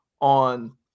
on